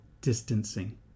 distancing